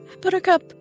Buttercup